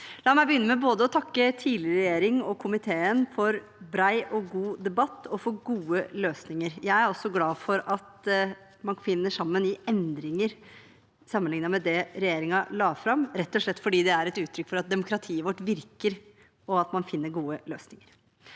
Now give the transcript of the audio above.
La meg begynne med å takke både tidligere regjering og komiteen for en bred og god debatt og gode løsninger. Jeg er også glad for at man finner sammen i forbindelse med endringer av det regjeringen la fram, rett og slett fordi det er et uttrykk for at demokratiet vårt virker, og at man finner gode løsninger.